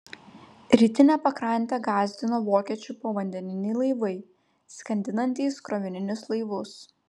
rytinę pakrantę gąsdino vokiečių povandeniniai laivai skandinantys krovininius laivus